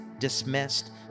dismissed